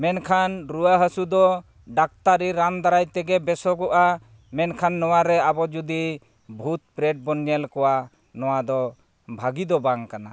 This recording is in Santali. ᱢᱮᱱᱠᱷᱟᱱ ᱨᱩᱣᱟᱹ ᱦᱟᱹᱥᱩ ᱫᱚ ᱰᱟᱠᱛᱟᱨᱤ ᱨᱟᱱ ᱫᱟᱨᱟᱭ ᱛᱮᱜᱮ ᱵᱮᱥᱚᱜᱚᱜᱼᱟ ᱢᱮᱱᱠᱷᱟᱱ ᱱᱚᱣᱟᱨᱮ ᱟᱵᱚ ᱡᱩᱫᱤ ᱵᱷᱩᱛ ᱯᱨᱮᱛ ᱵᱚᱱ ᱧᱮᱞ ᱠᱚᱣᱟ ᱱᱚᱣᱟᱫᱚ ᱵᱷᱟᱹᱜᱤ ᱫᱚ ᱵᱟᱝ ᱠᱟᱱᱟ